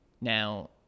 Now